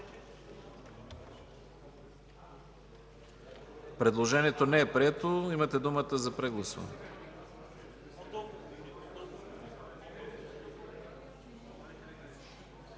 Предложението не е прието. Имате думата за прегласуване.